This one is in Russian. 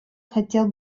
хотел